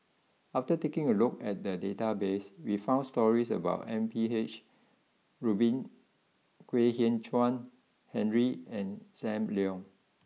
after taking a look at the databases we found stories about M P H Rubin Kwek Hian Chuan Henry and Sam Leong